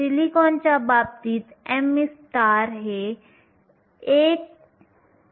सिलिकॉनच्या बाबतीत me हे 1